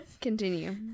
Continue